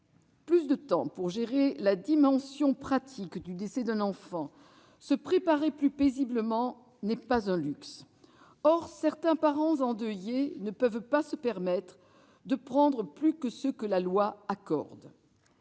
plus de temps pour gérer la dimension pratique du décès d'un enfant, se préparer plus paisiblement n'est pas un luxe. Or certains parents endeuillés ne peuvent pas se permettre de prendre plus que ce que la loi accorde.